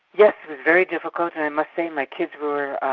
yes, very difficult and i must say my kids were